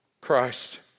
Christ